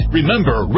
Remember